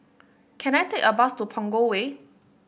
can I take a bus to Punggol Way